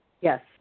Yes